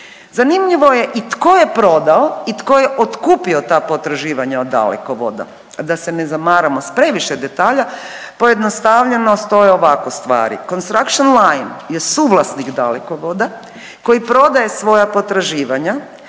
zanimljivo je i tko je prodao i tko je otkupio ta potraživanja od Dalekovoda, da se ne zamaramo s previše detalja pojednostavljeno stoje ovako stvari, Construction Line je suvlasnik Dalekovoda koji prodaje svoja potraživanja